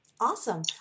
Awesome